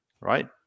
right